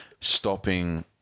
stopping